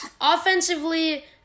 Offensively